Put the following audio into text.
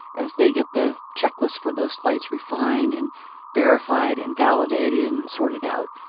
as they get the checklists for those flights refined and verified and validated and sorted out.